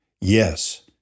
Yes